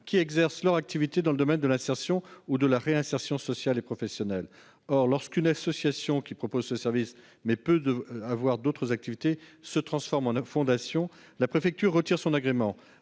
qui exercent leur activité dans le domaine de l'insertion ou de la réinsertion sociale et professionnelle. Or lorsqu'une association qui propose ce service, mais qui peut avoir d'autres activités, se transforme en fondation, la préfecture retire son agrément,